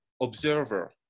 observer